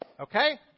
Okay